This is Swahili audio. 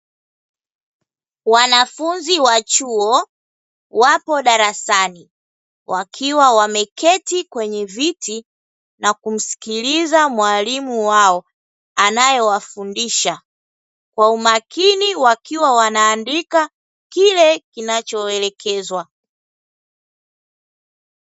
Wanafuzi wa chuo wapo darasani wakiwa wameketi kwenye viti na kumsikiliza mwalimu wao anayewafundisha, kwa umakini wakiwa wanaandika kile kinachoelekezwa.